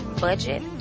budget